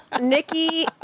Nikki